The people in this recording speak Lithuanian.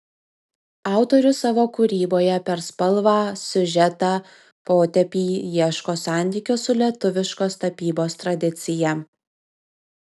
autorius savo kūryboje per spalvą siužetą potėpį ieško santykio su lietuviškos tapybos tradicija